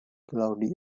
cloudy